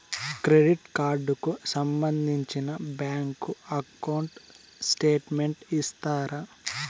Credit card కు సంబంధించిన bank account statement ఇస్తారా?